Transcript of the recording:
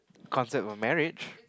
concept of marriage